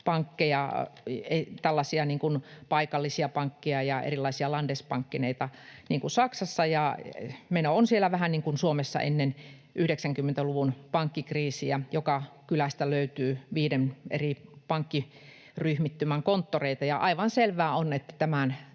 paikallisia pankkeja ja erilaisia landesbankeneita niin kuin Saksassa, ja meno on siellä vähän niin kuin Suomessa ennen 90-luvun pankkikriisiä, että joka kylästä löytyy viiden eri pankkiryhmittymän konttoreita. Aivan selvää on, että tämän